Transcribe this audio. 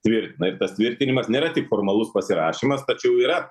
tvirtina ir tas tvirtinimas nėra tik formalus pasirašymas tačiau yra